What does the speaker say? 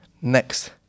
Next